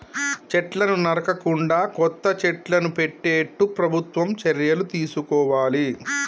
చెట్లను నరకకుండా కొత్త చెట్లను పెట్టేట్టు ప్రభుత్వం చర్యలు తీసుకోవాలి